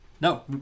No